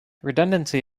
redundancy